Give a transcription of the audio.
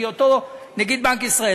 בהיותו נגיד בנק ישראל,